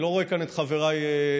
אני לא רואה כאן את חבריי מהליכוד,